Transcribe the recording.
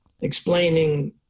explaining